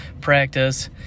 practice